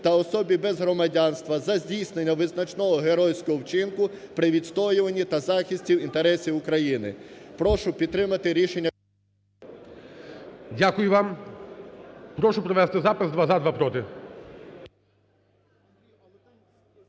та особі без громадянства за здійснення визначного геройського вчинку при відстоюванні та захисті інтересів України. Прошу підтримати рішення… ГОЛОВУЮЧИЙ. Дякую вам. Прошу провести запис: два – за, два – проти.